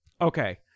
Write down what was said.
okay